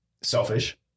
selfish